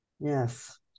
Yes